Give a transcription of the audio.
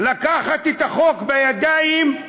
לקחת את החוק בידיים,